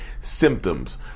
symptoms